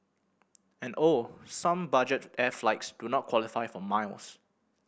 and oh some budget air flights do not qualify for miles